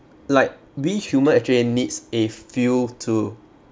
like we human actually needs a feel to